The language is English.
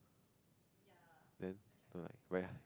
then the like very